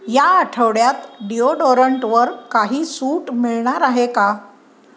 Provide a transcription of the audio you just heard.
या आठवड्यात डिओडोरंटवर काही सूट मिळणार आहे का